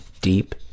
deep